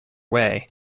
way